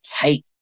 take